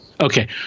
okay